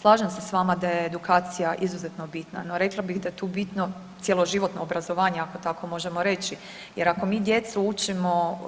Slažem se s vama da je edukacija izuzetno bitna, no, rekla bih da je tu bitno cjeloživotno obrazovanje, ako tako možemo reći jer ako mi djecu učimo